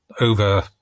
over